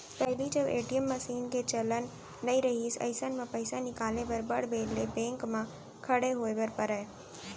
पहिली जब ATM machine के चलन नइ रहिस अइसन म पइसा निकाले बर बड़ बेर ले बेंक म खड़े होय बर परय